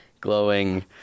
Glowing